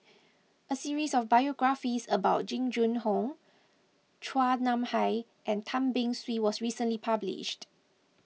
a series of biographies about Jing Jun Hong Chua Nam Hai and Tan Beng Swee was recently published